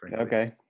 Okay